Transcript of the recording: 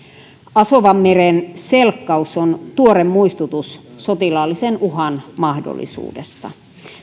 asovanmeren selkkaus on tuore muistutus sotilaallisen uhan mahdollisuudesta